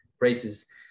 races